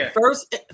first